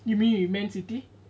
you mean with man city